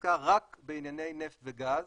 עסקה רק בענייני נפט וגז